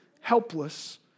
helpless